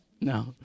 No